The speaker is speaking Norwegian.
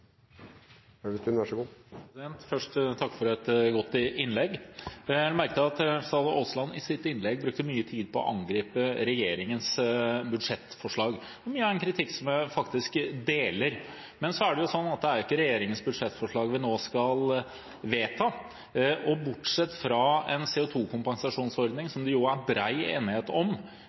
for et godt innlegg. Jeg la merke til at representanten Aasland brukte mye tid i sitt innlegg på å angripe regjeringens budsjettforslag. Mye er kritikk jeg faktisk er enig i. Men så er det ikke regjeringens budsjettforslag vi nå skal vedta. Bortsett fra en CO2-kompensasjonsordning som det jo er bred enighet om